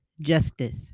justice